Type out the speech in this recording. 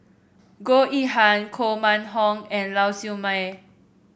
Goh Yihan Koh Mun Hong and Lau Siew Mei